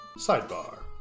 Sidebar